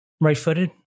Right-footed